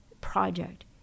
project